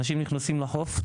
אנשים נכנסים לחוף,